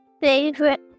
Favorite